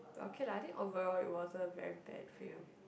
okay lah I think overall it was a very bad feel